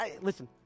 Listen